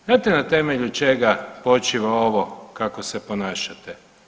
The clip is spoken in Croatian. Znate na temelju čega počiva ovo kako se ponašate?